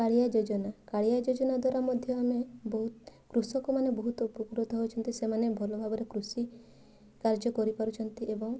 କାଳିଆ ଯୋଜନା କାଳିଆ ଯୋଜନା ଦ୍ୱାରା ମଧ୍ୟ ଆମେ ବହୁତ କୃଷକ ମାନେ ବହୁତ ଉପକୃତ ହଉଛନ୍ତି ସେମାନେ ଭଲ ଭାବରେ କୃଷି କାର୍ଯ୍ୟ କରିପାରୁଛନ୍ତି ଏବଂ